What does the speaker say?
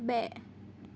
બે